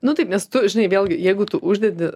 nu taip nes tu žinai vėlgi jeigu tu uždedi